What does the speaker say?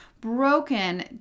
broken